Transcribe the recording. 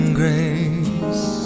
grace